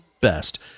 best